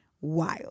wild